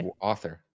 author